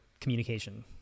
communication